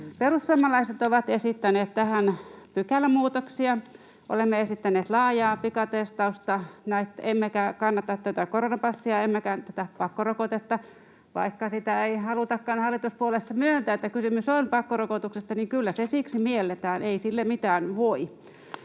Perussuomalaiset ovat esittäneet tähän pykälämuutoksia. Olemme esittäneet laajaa pikatestausta, emmekä kannata tätä koronapassia emmekä pakkorokotetta. Vaikka sitä ei halutakaan hallituspuolueissa myöntää, että kysymys on pakkorokotuksesta, niin kyllä se siksi mielletään, ei sille mitään voi.